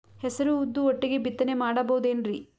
ಹೆಸರು ಉದ್ದು ಒಟ್ಟಿಗೆ ಬಿತ್ತನೆ ಮಾಡಬೋದೇನ್ರಿ?